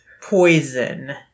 poison